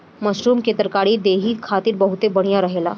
mushroom के तरकारी देहि खातिर बहुते बढ़िया रहेला